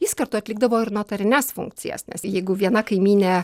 jis kartu atlikdavo ir notarines funkcijas nes jeigu viena kaimynė